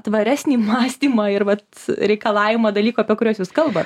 tvaresnį mąstymą ir vat reikalavimą dalykų apie kuriuos jūs kalbat